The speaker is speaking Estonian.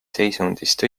seisundist